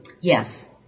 Yes